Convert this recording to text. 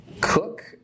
cook